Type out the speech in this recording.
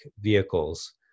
vehicles